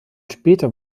später